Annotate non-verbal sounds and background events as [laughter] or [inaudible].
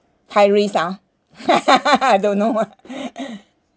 high risk ah [laughs] I don't know ah [laughs]